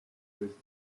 with